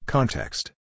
Context